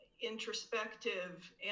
introspective